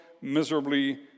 miserably